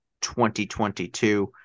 2022